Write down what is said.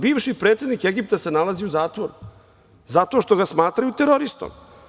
Bivši predsednik Egipta se nalazi u zatvoru zato što ga smatraju teroristom.